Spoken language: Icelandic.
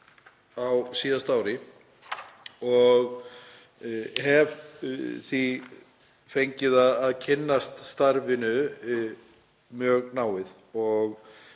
á síðasta ári og hef fengið að kynnast starfinu mjög náið og